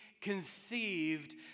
conceived